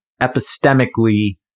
epistemically